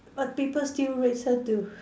but people still listen to